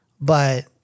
but-